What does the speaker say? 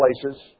places